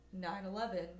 9-11